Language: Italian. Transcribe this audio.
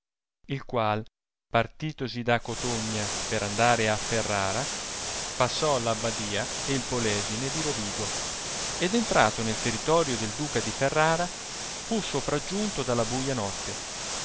il qual partitosi da cotogna per andare i ferrara passò l'abbadia e il p desine di rovigo ed entrato nel territorio del duca di ferrara fu sopraggiunto dalla buia notte